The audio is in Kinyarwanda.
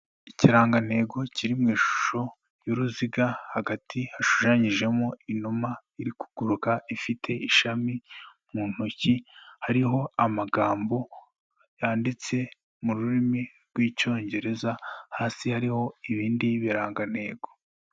Ikirangantego kiri mu ishusho y'uruziga hagati hashushanyijemo inuma iri kuguruka ifite ishami mu ntoki, hariho amagambo yanditse mu rurimi rw'Icyongereza, hasi hariho ibindi birangantego.